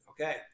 Okay